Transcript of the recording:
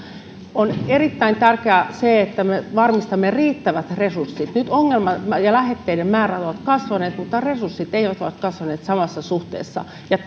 on erittäin tärkeää että me varmistamme riittävät resurssit nyt ongelmat ja lähetteiden määrät ovat kasvaneet mutta resurssit eivät ole kasvaneet samassa suhteessa ja